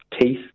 teeth